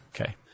Okay